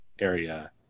area